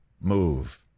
move